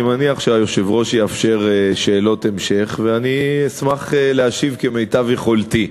אני מניח שהיושב-ראש יאפשר שאלות המשך ואני אשמח להשיב כמיטב יכולתי.